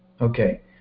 Okay